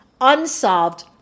unsolved